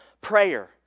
prayer